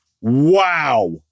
wow